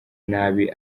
nabi